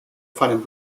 fallen